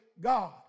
God